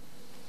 גנדי,